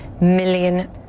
million